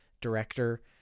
director